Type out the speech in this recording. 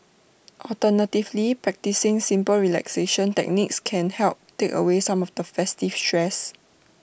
alternatively practising simple relaxation techniques can help take away some of the festive stress